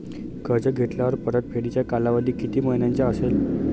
कर्ज घेतल्यावर परतफेडीचा कालावधी किती महिन्यांचा असेल?